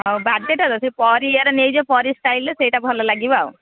ଆଉ ବାର୍ଥଡେଟାର ସେଇ ପରୀ ଇଏର ନେଇଯା ପରୀ ଷ୍ଟାଇଲର ସେଇଟା ଭଲ ଲାଗିବ ଆଉ